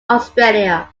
australia